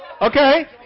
Okay